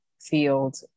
field